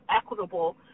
equitable